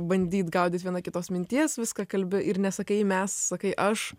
bandyt gaudyt viena kitos minties viską kalbi ir nesakai mes sakai aš